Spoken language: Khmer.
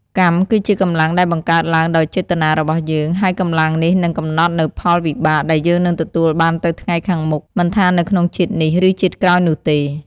កម្មគឺជាកម្លាំងដែលបង្កើតឡើងដោយចេតនារបស់យើង ហើយកម្លាំងនេះនឹងកំណត់នូវផលវិបាកដែលយើងនឹងទទួលបានទៅថ្ងៃមុខ មិនថានៅក្នុងជាតិនេះ ឬជាតិក្រោយនោះទេ។